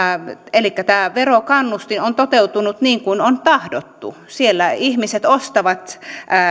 tämä verokannustin on toteutunut niin kuin on tahdottu siellä ihmiset ostavat